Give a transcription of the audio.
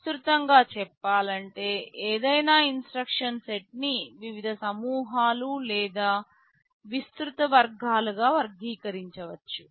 విస్తృతంగా చెప్పాలంటే ఏదైనా ఇన్స్ట్రక్షన్ సెట్ ని వివిధ సమూహాలు లేదా విస్తృత వర్గాలుగా వర్గీకరించవచ్చు